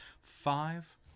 five